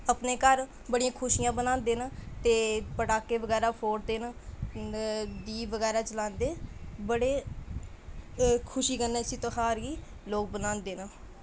अपने घर बड़ियां खुशियां बनांदे न ते पटाखे बगैरा फोड़दे न ते दीप बगैरा जलांदे बड़े एह् खुशी कन्नै इसी त्यौहार गी लोग बनांदे न